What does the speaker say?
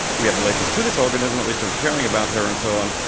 we have relations to this organism at least of caring about her and so on,